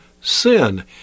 sin